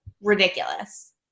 ridiculous